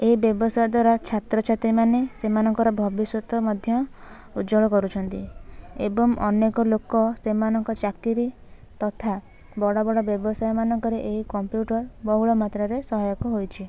ଏହି ବ୍ୟବସାୟ ଦ୍ୱାରା ଛାତ୍ରଛାତ୍ରୀମାନେ ସେମାନଙ୍କର ଭବିଷ୍ୟତ ମଧ୍ୟ ଉଜ୍ୱଳ କରୁଛନ୍ତି ଏବଂ ଅନେକ ଲୋକ ସେମାନଙ୍କ ଚାକିରୀ ତଥା ବଡ଼ ବଡ଼ ବ୍ୟବସାୟ ମାନଙ୍କରେ ଏହି କମ୍ପ୍ୟୁଟର୍ ବହୁଳ ମାତ୍ରାରେ ସହାୟକ ହେଇଛି